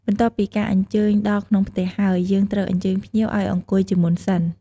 បន្ទាប់ពីការអញ្ចើញដល់ក្នុងផ្ទះហើយ យើងត្រូវអញ្ជើញភ្ញៀវអោយអង្គុយជាមុនសិន។